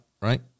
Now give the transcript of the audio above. right